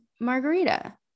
margarita